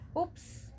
Oops